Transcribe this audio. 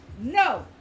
No